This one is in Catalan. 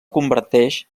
converteix